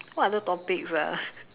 what other topics ah